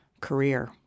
career